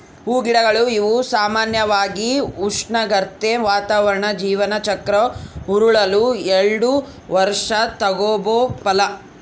ಹೂಗಿಡಗಳು ಇವು ಸಾಮಾನ್ಯವಾಗಿ ಉಷ್ಣಾಗ್ರತೆ, ವಾತಾವರಣ ಜೀವನ ಚಕ್ರ ಉರುಳಲು ಎಲ್ಡು ವರ್ಷ ತಗಂಬೋ ಫಲ